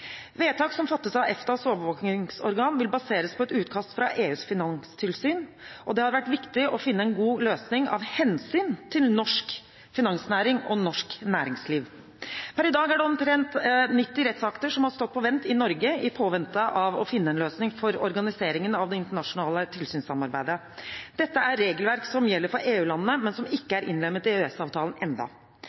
Vedtak som fattes av EFTAs overvåkingsorgan, vil baseres på et utkast fra EUs finanstilsyn, og det har vært viktig å finne en god løsning av hensyn til norsk finansnæring og norsk næringsliv. Per dag er det omtrent 90 rettsakter som har stått på vent i Norge, i påvente av å finne en løsning for organiseringen av det internasjonale tilsynssamarbeidet. Dette er regelverk som gjelder for EU-landene, men som ikke er innlemmet i